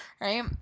Right